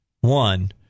One